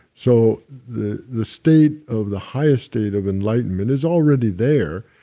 so the the state of the highest state of enlightenment is already there,